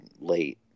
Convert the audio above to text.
late